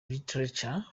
literature